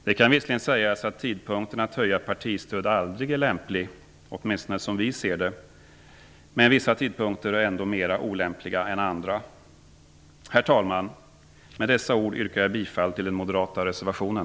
Det kan visserligen sägas att tidpunkten att höja partistöd aldrig är lämplig, åtminstone som vi ser det, men vissa tidpunkter är ändå mera olämpliga är andra. Herr talman! Med dessa ord yrkar jag bifall till den moderata reservationen.